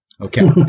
Okay